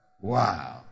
wow